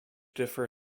differ